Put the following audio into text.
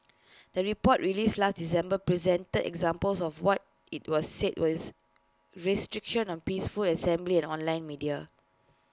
the report released last December presented examples of what IT was said was restrictions on peaceful assembly and online media